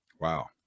Wow